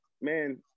man